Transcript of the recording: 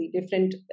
different